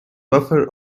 buffer